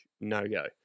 no-go